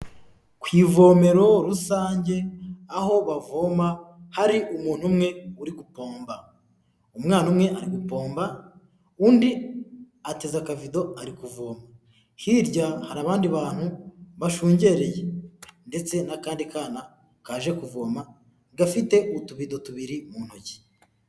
Ku ivomero rusange, aho bavoma hari umuntu umwe uri gupomba, umwana umwe ari gupomba, undi ateja akavido ari kuvoma, hirya hari abandi bantu bashungereye ndetse n'akandi kana kaje kuvoma, gafite utubido tubiri mu ntoki.